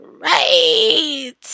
right